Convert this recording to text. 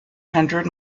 hundred